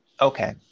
okay